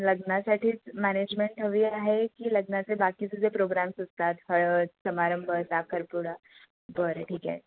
लग्नासाठीच management हवी आहे की लग्नाचे बाकीचे जे प्रोग्राम्स असतात हळद समारंभ साखरपुडा बरं ठीक आहे